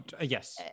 yes